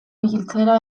biltzera